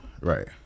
Right